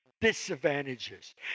disadvantages